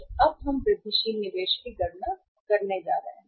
तो अब हम हैं वृद्धिशील निवेश की गणना करने के लिए जा रहा है